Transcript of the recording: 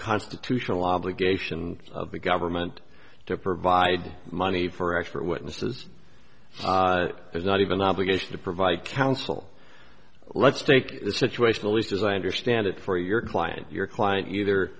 constitutional obligation of the government to provide money for expert witnesses there's not even obligation to provide counsel let's take the situation at least as i understand it for your client your client either